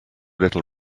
little